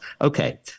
Okay